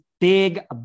big